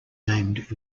named